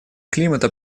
климата